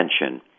attention